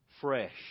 Fresh